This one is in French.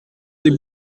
des